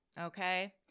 Okay